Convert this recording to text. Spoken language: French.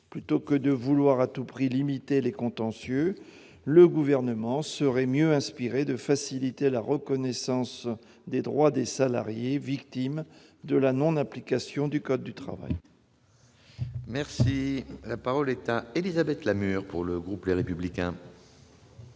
Plutôt que de vouloir à tout prix limiter les contentieux, le Gouvernement serait mieux inspiré de faciliter la reconnaissance des droits des salariés victimes de la non-application du code de travail. La parole est à Mme Élisabeth Lamure, sur l'article. L'article